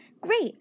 Great